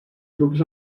grups